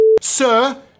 Sir